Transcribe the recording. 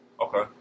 Okay